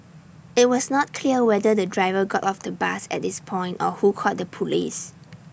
IT was not clear whether the driver got off the bus at this point or who called the Police